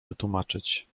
wytłumaczyć